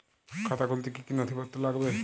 খাতা খুলতে কি কি নথিপত্র লাগবে?